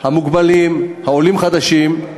המוגבלים והעולים החדשים,